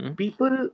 people